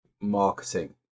marketing